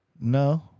No